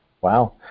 Wow